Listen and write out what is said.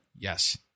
Yes